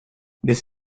this